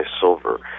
silver